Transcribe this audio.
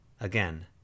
Again